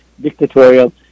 dictatorial